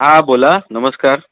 हां बोला नमस्कार